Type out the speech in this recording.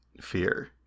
fear